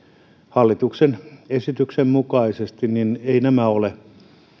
hallituksen esityksen mukaisesti nämä eivät ole